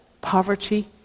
poverty